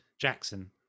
jackson